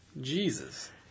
Jesus